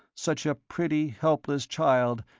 such a pretty, helpless child,